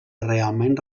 realment